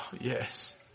yes